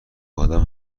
آدم